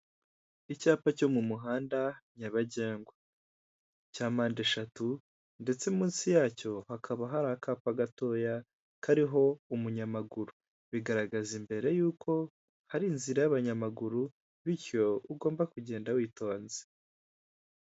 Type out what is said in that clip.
Umuntu wambaye ishati y'amaboko karuvati ya rujeborodo isaha y'umukara ku kuboko ari kuvugira muri mayikorofone birashoboka ko ari kuvuga ibyo uruganda rw'icyayi rwa Rutsiro rukora.